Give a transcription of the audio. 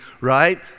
right